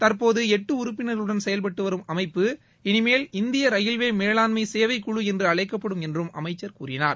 தற்போது எட்டு உறுப்பினர்களுடன் செயவ்பட்டு வரும் அமைப்பு இனிமேல் இந்திய ரயில்வே மேலாண்மை சேவை குழு என்று அழைக்கப்படும் என்று அமைச்சர் கூறினார்